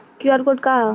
QR code का ह?